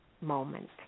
moment